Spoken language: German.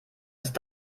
erst